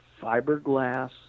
fiberglass